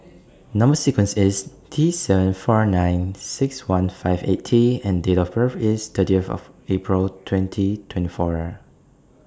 Number sequence IS T seven four nine six one five eight T and Date of birth IS thirtieth April twenty twenty four